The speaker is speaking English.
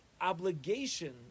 obligation